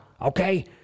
okay